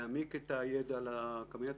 להעמיק את הידע לקבינט.